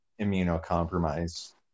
immunocompromised